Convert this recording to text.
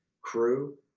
crew